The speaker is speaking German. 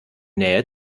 nähe